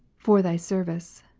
for thy service,